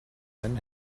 einen